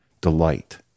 delight